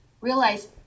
realize